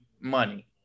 money